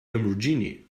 lamborghini